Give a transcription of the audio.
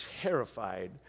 terrified